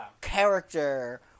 character